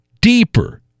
deeper